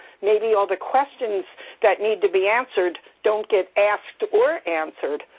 maybe all the questions that need to be answered don't get asked or answered.